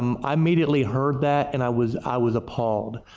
um i immediately heard that and i was i was appalled.